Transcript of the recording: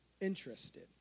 interested